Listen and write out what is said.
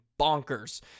bonkers